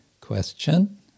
question